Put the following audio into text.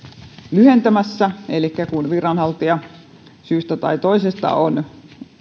lyhentämässä elikkä kun viranhaltija syystä tai toisesta on